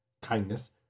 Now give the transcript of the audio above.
kindness